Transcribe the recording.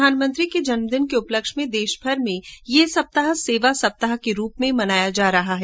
प्रधानमंत्री के जन्मदिन के उपलक्ष्य में देशभर में यह सप्ताह सेवा सप्ताह के रूप में मनाया जा रहा है